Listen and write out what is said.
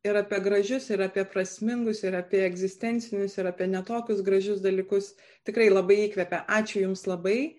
ir apie gražius ir apie prasmingus ir apie egzistencinius ir apie ne tokius gražius dalykus tikrai labai įkvepia ačiū jums labai